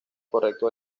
correcto